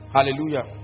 Hallelujah